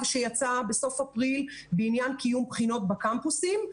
שיצא בסוף אפריל בעניין קיום בחינות בקמפוסים.